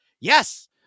yes